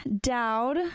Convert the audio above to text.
dowd